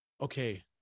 Okay